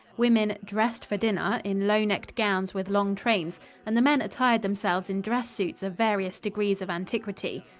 women dressed for dinner in low-necked gowns with long trains and the men attired themselves in dress-suits of various degrees of antiquity.